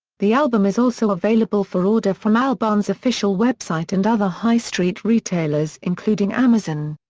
the album is also available for order from albarn's official website and other high-street retailers including amazon.